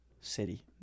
City